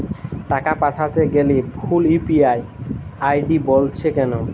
টাকা পাঠাতে গেলে ভুল ইউ.পি.আই আই.ডি বলছে কেনো?